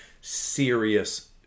serious